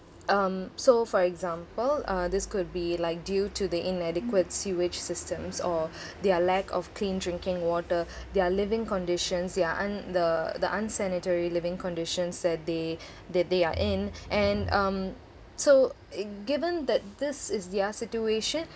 um so for example uh this could be like due to the inadequate sewage systems or their lack of clean drinking water their living conditions their un~ the the unsanitary living conditions that they that they are in and um so given that this is their situation